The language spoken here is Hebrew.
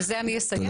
בזה אני אסיים,